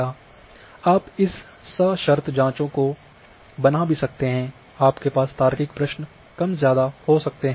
आप इन सशर्त जाँचों को बना भी सकते हैं आपके पास तार्किक प्रश्न कम ज्यादा हो सकते हैं